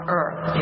earth